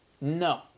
No